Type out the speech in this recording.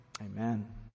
amen